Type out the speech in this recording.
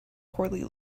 poorly